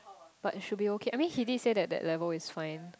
but should be okay I mean Hedi said that that level is fine